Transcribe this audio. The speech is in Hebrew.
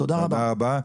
תודה רבה.